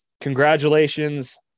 Congratulations